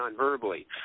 nonverbally